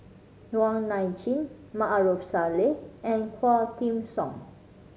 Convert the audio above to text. Wong Nai Chin Maarof Salleh and Quah Kim Song